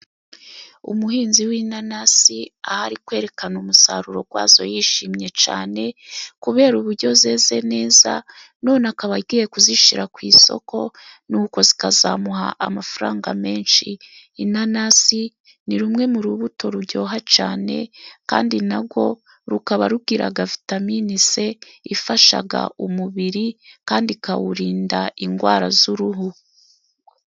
Umuhinzi w'inanasi aho ari kwerekana umusaruro wazo yishimye cyane, kubera uburyo zeze neza, none akaba agiye kuzishyira ku isoko, nuko zikazamuha amafaranga menshi. Inanasi ni rumwe mu rubuto ruryoha cyane, kandi na rwo rukaba rugira Vitaminin C, ifasha umubiri, kandi ikawurinda indwara z'uruhu.